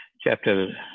Chapter